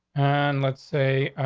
and let's say,